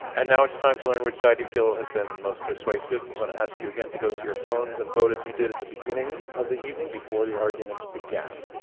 and now it's time to learn which side you feel has been most persuasive. we're going to ask you again to go to your phones and vote as you did at the beginning of the evening, before the arguments began.